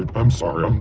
i'm sorry. um